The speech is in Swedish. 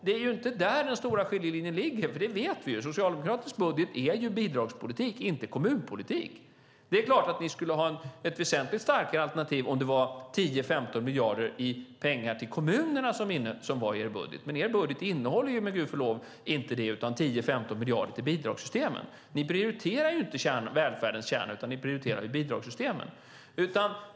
Det är inte där den stora skiljelinjen ligger. Socialdemokratisk budget är bidragspolitik, inte kommunpolitik. Det är klart att ni skulle ha ett väsentligt starkare alternativ om det var 10-15 miljarder till kommunerna i er budget, men er budget innehåller ju inte det utan 10-15 miljarder till bidragssystemen. Ni prioriterar ju inte välfärdens kärna, utan ni prioriterar bidragssystemen.